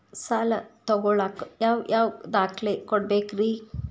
ಸಾಲ ತೊಗೋಳಾಕ್ ಯಾವ ಯಾವ ದಾಖಲೆ ಕೊಡಬೇಕ್ರಿ?